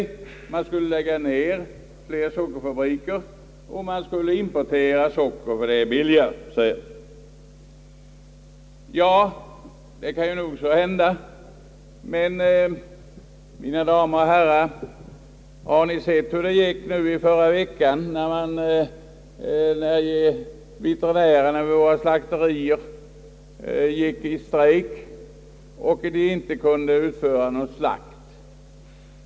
Flera sockerfabriker skulle läggas ned och i stället skulle man importera socker, eftersom en import sades vara billigast. Ja, det kan ju hända — men, mina damer och herrar, har ni sett vad som hände i förra veckan, när veterinärerna vid våra slakterier gick i strejk så att ingen slakt kunde utföras?